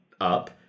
up